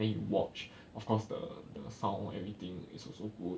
then you watch of course the the sound and everything is also good